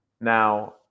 Now